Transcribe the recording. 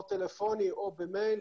או טלפוני או במייל.